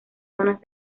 zonas